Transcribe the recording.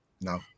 No